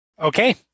Okay